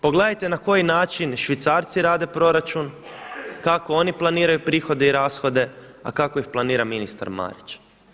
Pogledajte na koji način Švicarci rade proračun, kako oni planiraju prihode i rashode, a kako ih planira ministar Marić.